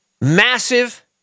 Massive